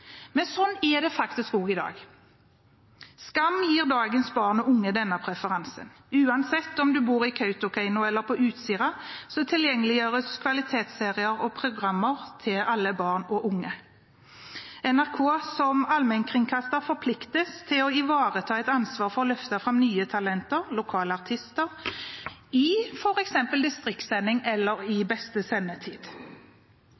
Men slik er det faktisk også i dag. «Skam» gir dagens barn og unge denne preferansen. Uansett om man bor i Kautokeino eller på Utsira, gjøres kvalitetsserier og -programmer tilgjengelig for alle barn og unge. NRK som allmennkringkaster forpliktes til å ivareta et ansvar for å løfte fram nye talenter og lokale artister i f.eks. distriktssending eller